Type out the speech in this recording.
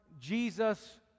Jesus